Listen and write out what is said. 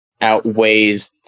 outweighs